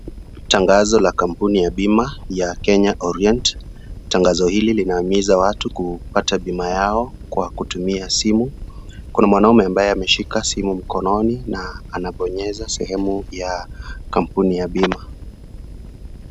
Tangazo la kampuni ya bima ya Kenya Orient tangazo hili linaimiza watu kukata bima yao kwa kutumia simu kuna mwanaume ambaye ameshika simu mkononi na anabonyeza sehemu ya kampuni ya bima.